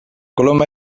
coloma